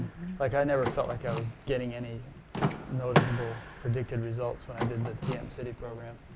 like i never felt like i was getting any noticeable, predicted results when i did the tm siddhi program.